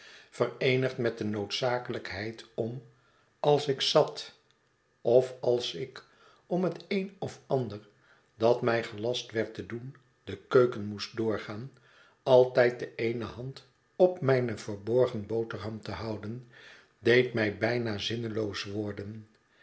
vereenigd met de noodzakelijkheid om als ik zat of als ik om het een of ander dat mij gelast werd te doen de keuken moest doorgaan altijd de eene hand op mijne verborgen boterham te houden deed mij bijna zinneloos worden